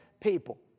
people